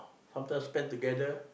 sometimes spend together